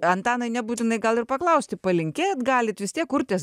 antanai nebūtinai gal ir paklausti palinkėt galit vis tiek urtės